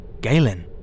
Galen